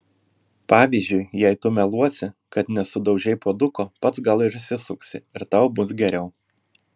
pavyzdžiui jei tu meluosi kad nesudaužei puoduko pats gal ir išsisuksi ir tau bus geriau